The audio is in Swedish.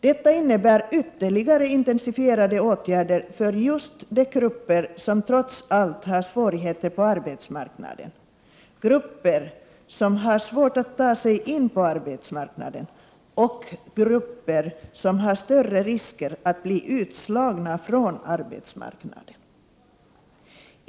Detta innebär ytterligare intensifierade åtgärder för just de grupper som trots allt har svårigheter på arbetsmarknaden — grupper, som har svårt att ta sig in på arbetsmarknaden och som löper större risker att bli utslagna därifrån.